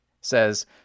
Says